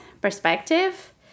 perspective